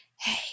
hey